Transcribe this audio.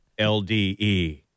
LDE